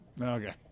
Okay